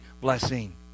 blessing